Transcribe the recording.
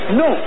no